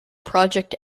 project